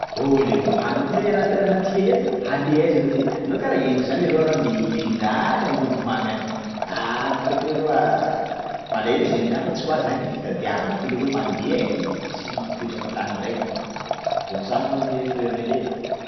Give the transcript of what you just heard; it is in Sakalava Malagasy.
Oh leroa anao ty zany hiala am'tanànantsika eto? Handeha aiza anao ty? Anao karaha henoko zany leroa anao andeha hifindra any Ambondromamy any. Anao ndraiky leroa malahelo zahay am'zany fa tsy quoi zany e, fitadiavana ty leroa mandeha ai, i tsy mampipetraka tany raiky. Bonne chance anao ne- freranakay e!